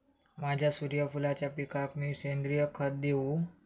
माझ्या सूर्यफुलाच्या पिकाक मी सेंद्रिय खत देवू?